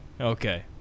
okay